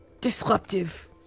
disruptive